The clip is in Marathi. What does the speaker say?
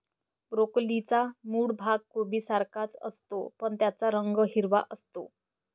ब्रोकोलीचा मूळ भाग कोबीसारखाच असतो, पण त्याचा रंग हिरवा असतो